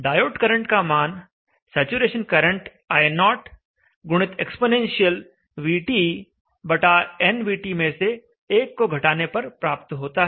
diode current का मान saturation current I0 गुणित एक्स्पोनेंशियल vT बटा nVT में से 1 को घटाने पर प्राप्त होता है